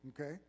Okay